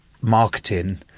marketing